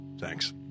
Thanks